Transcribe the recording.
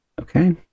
Okay